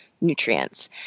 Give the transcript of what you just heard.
nutrients